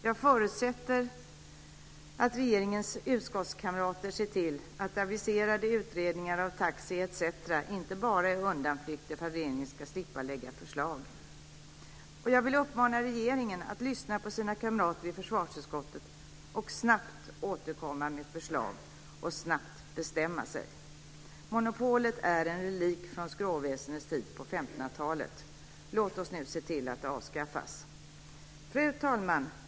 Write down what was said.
Jag förutsätter att regeringens utskottskamrater ser till att aviserade utredningar av taxi etc. inte bara är undanflykter för att regeringen ska slippa lägga fram förslag. Och jag vill uppmana regeringen att lyssna på sina kamrater i försvarsutskottet och snabbt bestämma sig och återkomma med förslag. Monopolet är en relik från skråväsendets tid på 1500-talet. Låt oss nu se till att det avskaffas. Fru talman!